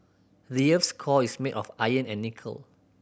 the earth's core is made of iron and nickel